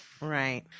Right